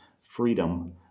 freedom